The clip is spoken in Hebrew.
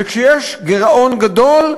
וכשיש גירעון גדול,